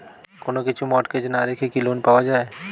কোন কিছু মর্টগেজ না রেখে কি লোন পাওয়া য়ায়?